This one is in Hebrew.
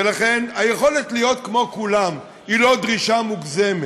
ולכן היכולת להיות כמו כולם היא לא דרישה מוגזמת.